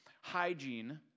hygiene